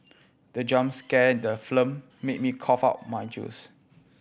the jump scare in the film made me cough out my juice